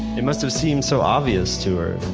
it must've seemed so obvious to her.